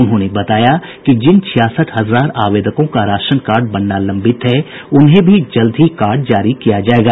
उन्होंने बताया कि जिन छियासठ हजार आवेदकों का राशन कार्ड बनना लंबित है उन्हें भी जल्द ही कार्ड जारी किया जायेगा